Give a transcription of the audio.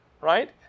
right